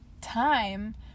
time